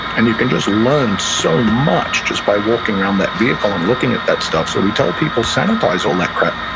and you can just learn so much just by walking around that vehicle and looking at that stuff. so we tell people, sanitize all that crap.